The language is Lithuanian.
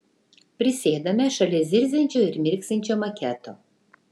prisėdame šalia zirziančio ir mirksinčio maketo